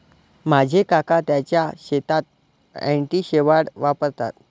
माझे काका त्यांच्या शेतात अँटी शेवाळ वापरतात